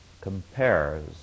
compares